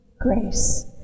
grace